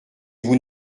vous